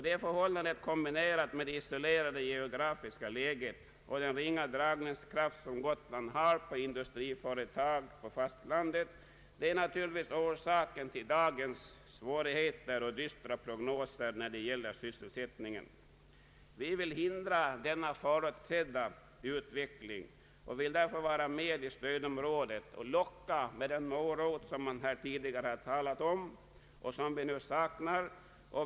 Detta förhållande, kombinerat med det isolerade geografiska läget och den ringa dragningskraft som Gotland har på industriföretag på fastlandet, är naturligtvis orsaken till dagens svårigheter och dystra prognoser när det gäller sysselsättningen. Vi vill hindra denna förutsedda utveckling och vill därför vara med i stödområdet och locka med den morot som man här tidigare talat om och som vi saknar.